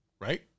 right